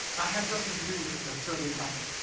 i had something to do with it, or so they tell me.